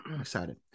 Excited